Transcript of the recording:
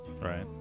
Right